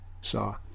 saw